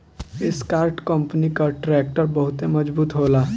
Escort company कअ tractor बहुते मजबूत होला